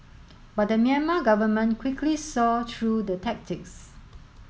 but the Myanmar government quickly saw through the tactics